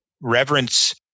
reverence